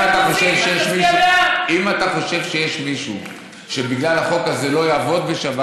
אם אתה חושב שיש מישהו שבגלל החוק הזה לא יעבוד בשבת,